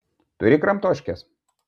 turi kramtoškės